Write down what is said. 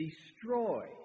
destroy